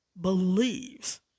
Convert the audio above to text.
believes